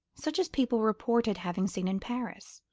such as people reported having seen in paris.